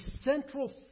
central